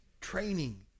training